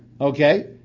Okay